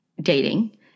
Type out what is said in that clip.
dating